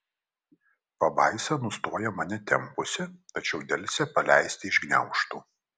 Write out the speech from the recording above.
pabaisa nustoja mane tempusi tačiau delsia paleisti iš gniaužtų